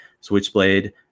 Switchblade